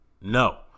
No